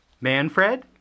Manfred